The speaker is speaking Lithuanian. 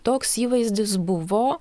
toks įvaizdis buvo